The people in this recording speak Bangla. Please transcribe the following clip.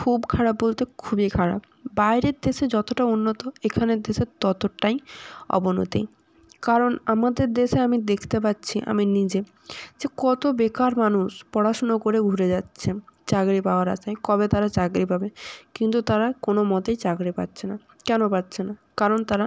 খুব খারাপ বলতে খুবই খারাপ বাইরের দেশে যতোটা উন্নত এখানের দেশে ততটাই অবনতি কারণ আমাদের দেশে আমি দেখতে পাচ্ছি আমি নিজে যে কতো বেকার মানুষ পড়াশুনো করে ঘুরে যাচ্ছে চাকরি পাওয়ার আশায় কবে তারা চাকরি পাবে কিন্তু তারা কোনো মতেই চাকরি পাচ্ছে না কেন পাচ্ছে না কারণ তারা